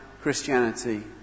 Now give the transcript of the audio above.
Christianity